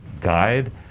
guide